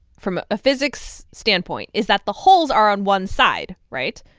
from a physics standpoint, is that the holes are on one side, right?